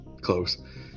close